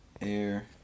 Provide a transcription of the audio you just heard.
air